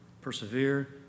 Persevere